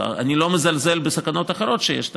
אני לא מזלזל בסכנות אחרות שיש,